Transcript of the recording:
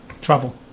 travel